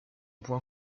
point